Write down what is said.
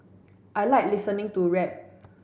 I like listening to rap